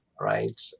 right